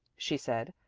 she said,